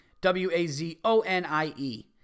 W-A-Z-O-N-I-E